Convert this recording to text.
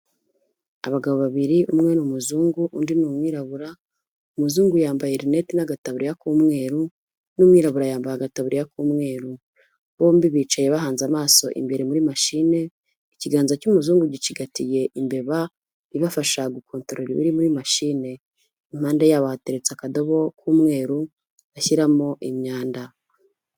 Abagabo babiri umwe n'umuzungu undi ni umwirabura, umuzungu yambaye rinete n'agatabariya k'umweru n'umwirabura yamba agatabuya k'umweru, bombi bicaye bahanze amaso imbere muri machine, ikiganza cy'umuzungu gicigatiye imbeba ibafasha gukontorora ibiri muri machine, impande yabo hateretse akadobo k'umweru bashyiramo imyanda.